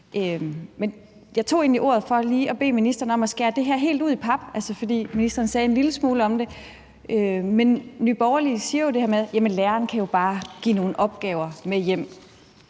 egentlig ordet for lige at bede ministeren om at skære det helt ud i pap, for ministeren sagde en lille smule om det. Nye Borgerlige siger jo det her med, at læreren bare kan give nogle opgaver med hjem.